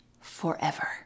forever